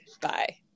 Bye